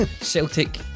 Celtic